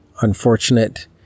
unfortunate